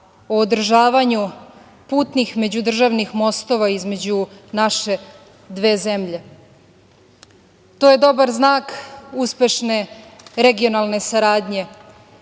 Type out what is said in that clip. o održavanju putnih međudržavnih mostova između naše dve zemlje. To je dobar znak uspešne regionalne saradnje